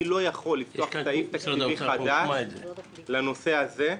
אני לא יכול לפתוח סעיף תקציבי חדש לנושא הזה.